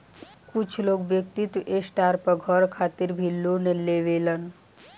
कुछ लोग व्यक्तिगत स्टार पर घर खातिर भी लोन लेवेलन